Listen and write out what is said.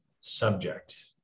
subject